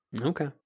Okay